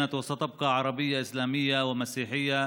ירושלים הייתה ותישאר ערבית, מוסלמית ונוצרית.